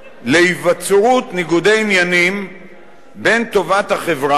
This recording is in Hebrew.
להיווצרות ניגודי עניינים בין טובת החברה